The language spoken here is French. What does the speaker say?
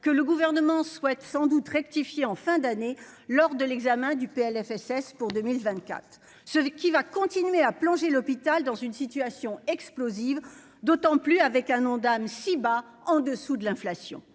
que le gouvernement souhaite sans doute rectifié en fin d'année lors de l'examen du Plfss pour 2000 vingt-quatre celui qui va continuer à plonger l'hôpital dans une situation explosive, d'autant plus avec un Ondam Ciba en dessous de l'inflation